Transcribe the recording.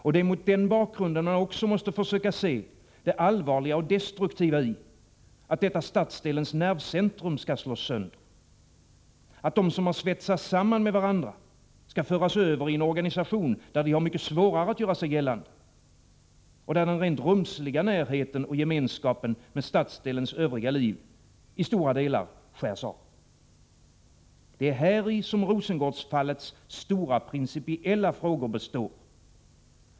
Och det är mot den bakgrunden man också måste försöka se det allvarliga och destruktiva i att detta stadsdelens nervcentrum skall slås sönder, att de som svetsats samman med varandra skall föras över i en organisation där de har mycket svårare att göra sig gällande och där den rent rumsliga närheten och gemenskapen med stadsdelens övriga liv till stor del skärs av. Det är häri som Rosengårdsfallets stora principiella frågor består.